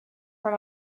from